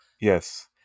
Yes